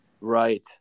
right